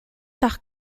nach